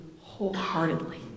wholeheartedly